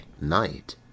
night